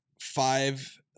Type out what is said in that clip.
five